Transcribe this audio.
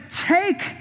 take